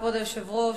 כבוד היושב-ראש,